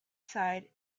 side